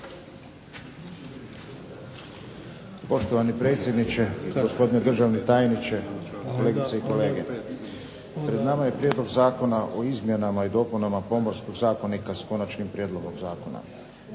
Poštovani predsjedniče, gospodine državni tajniče, kolegice i kolege. Pred nama je Prijedlog zakona o izmjenama i dopunama Pomorskog zakonika, s konačnim prijedlogom zakona.